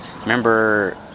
Remember